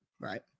Right